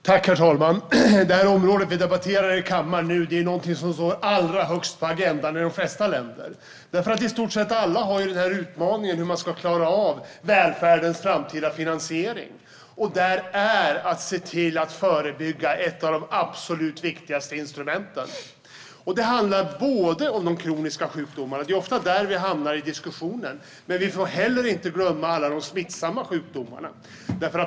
Herr talman! Det område vi nu debatterar i kammaren är någonting som står allra högst på agendan i de flesta länder. I stort sett alla har utmaningen hur man ska klara av välfärdens framtida finansiering. Där är att se till att förebygga ett av de absolut viktigaste instrumenten. Det handlar om de kroniska sjukdomarna. Det är ofta där vi hamnar i diskussionen. Men vi får heller inte glömma alla de smittsamma sjukdomarna.